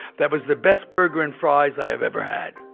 that was the best burger and fries i have ever had.